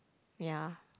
ya